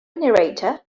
narrator